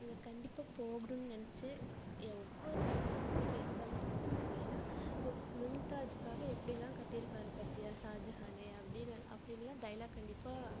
அங்கே கண்டிப்பாக போகணுன்னு நினச்சி ஒவ்வொரு லவ்வர்ஸும் அதை பற்றி பேசாமல் இருக்க மாட்டாங்க ஏன்னா மு மும்தாஜுக்காக எப்படிலாம் கட்டிருக்கார் பார்த்தியா ஷாஜகான் அப்படின்னு அப்படினுலாம் டயலாக் கண்டிப்பாக